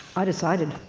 i decided,